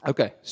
Okay